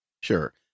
Sure